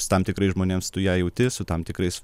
su tam tikrais žmonėms tu ją jauti su tam tikrais